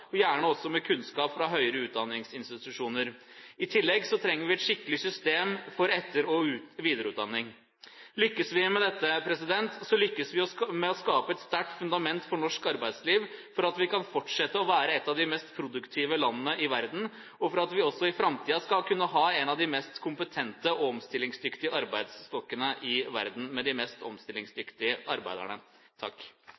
kunnskap, gjerne med kunnskap fra høyere utdanningsinstitusjoner. I tillegg trenger vi et skikkelig system for etter- og videreutdanning. Lykkes vi med dette, lykkes vi med å skape et sterkt fundament for norsk arbeidsliv, slik at vi kan fortsette å være et av de mest produktive landene i verden, og slik at vi også i framtiden skal kunne ha en av de mest kompetente og omstillingsdyktige arbeidsstokkene i verden med de mest